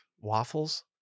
waffles